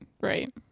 Right